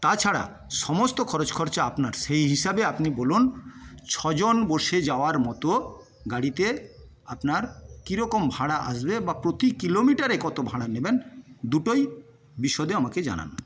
তাছাড়া সমস্ত খরচ খরচা আপনার সেই হিসাবে আপনি বলুন ছজন বসে যাওয়ার মত গাড়িতে আপনার কিরকম ভাড়া আসবে বা প্রতি কিলোমিটারে কত ভাড়া নেবেন দুটোই বিশদে আমাকে জানান